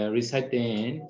Reciting